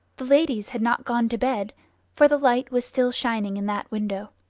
the ladies had not gone to bed for the light was still shining in that window.